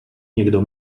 někdo